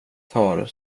tar